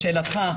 לשאלתך,